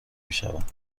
میشود